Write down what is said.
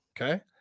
okay